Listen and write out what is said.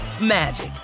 magic